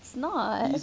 it's not